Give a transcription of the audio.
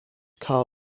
car